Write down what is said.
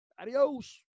Adios